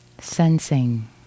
Sensing